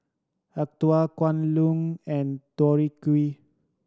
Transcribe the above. Acuto Kwan Loong and Tori Q